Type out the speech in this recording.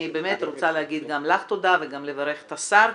אני באמת רוצה להגיד גם לך תודה וגם לברך את השר,